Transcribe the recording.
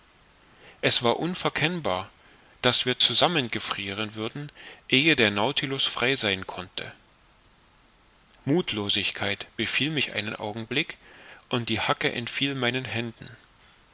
es war unverkennbar daß sie zusammen gefrieren würden ehe der nautilus frei sein konnte muthlosigkeit befiel mich einen augenblick und die hacke entfiel meinen händen